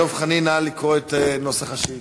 דב חנין, נא לקרוא את נוסח השאילתה.